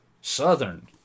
Southern